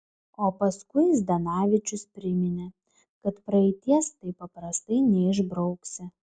o paskui zdanavičius priminė kad praeities taip paprastai neišbrauksi